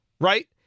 Right